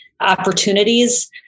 opportunities